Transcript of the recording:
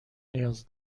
نیاز